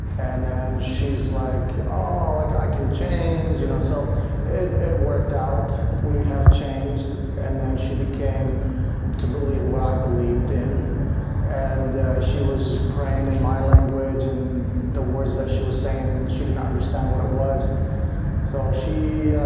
and then she's like, oh like i can change you know so it it worked out we have changed and then she became to believe what i believed in and she, was praying in my language and the words that she was saying she didn't understand what it was so she